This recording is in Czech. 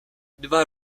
dva